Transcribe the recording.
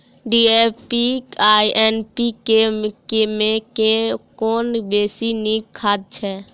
DAP आ NPK मे कुन बेसी नीक खाद छैक?